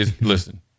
listen